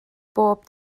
bob